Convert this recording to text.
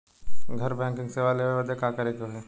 घर बैकिंग सेवा लेवे बदे का करे के होई?